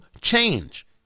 change